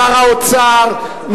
שר האוצר,